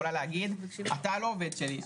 יכולה להגיד: אתה לא עובד שלי,